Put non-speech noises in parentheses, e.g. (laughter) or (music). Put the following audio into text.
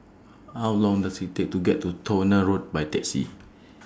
How Long Does IT Take to get to Towner Road By Taxi (noise)